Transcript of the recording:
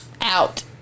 Out